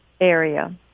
area